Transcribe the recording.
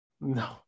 no